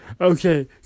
Okay